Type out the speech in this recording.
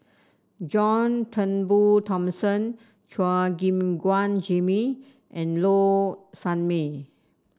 John Turnbull Thomson Chua Gim Guan Jimmy and Low Sanmay